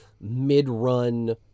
mid-run